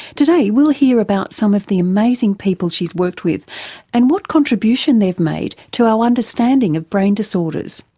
today we'll hear about some of the amazing people she's worked with and what contribution they've made to our understanding of brain disorders.